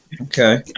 Okay